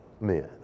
men